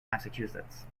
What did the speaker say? massachusetts